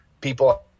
people